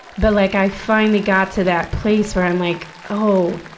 but like, i finally got to that place where i'm like, oh,